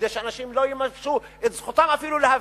כדי שאנשים לא יממשו את זכותם אפילו להפגין,